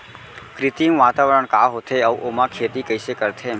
कृत्रिम वातावरण का होथे, अऊ ओमा खेती कइसे करथे?